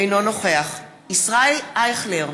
אינו נוכח ישראל אייכלר,